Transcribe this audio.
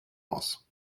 aus